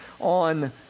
on